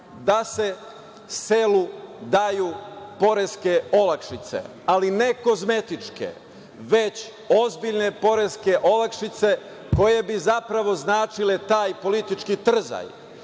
da se selu daju poreske olakšice, ali ne kozmetičke, već ozbiljne poreske olakšice koje bi zapravo značile taj politički trzaj